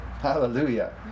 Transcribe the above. Hallelujah